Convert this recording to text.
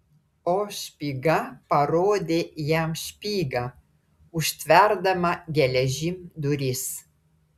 o špyga parodė jam špygą užtverdama geležim duris